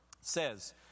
says